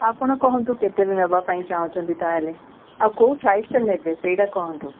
ଆପଣ କହନ୍ତୁ କେତେରେ ନେବା ପାଇଁ ଚାହୁଁଛନ୍ତି ତା'ହେଲେ ଆଉ କେଉଁ ସାଇଜ୍ଟା ନେବେ ସେଇଟା କୁହନ୍ତୁ